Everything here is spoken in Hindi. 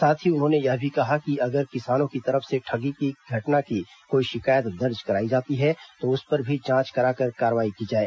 साथ ही उन्होंने यह भी कहा है कि अगर किसानों की तरफ से ठगी की घटना की कोई शिकायत दर्ज करायी जाती है तो उस पर भी जांच कराकर कार्रवाई की जाए